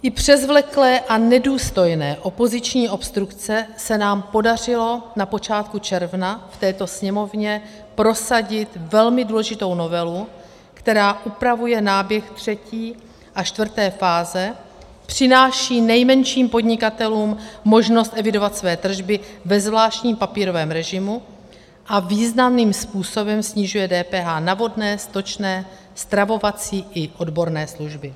I přes vleklé a nedůstojné opoziční obstrukce se nám podařilo na počátku června v této Sněmovně prosadit velmi důležitou novelu, která upravuje náběh třetí a čtvrté fáze, přináší nejmenším podnikatelům možnost evidovat své tržby ve zvláštní papírovém režimu a významným způsobem snižuje DPH na vodné, stočné, stravovací i odborné služby.